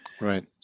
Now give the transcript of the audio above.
Right